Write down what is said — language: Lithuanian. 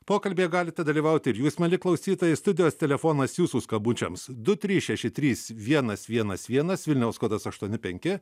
pokalbyje galite dalyvauti ir jūs mieli klausytojai studijos telefonas jūsų skabučiams du trys šeši trys vienas vienas vienas vilniaus kodas aštuoni penki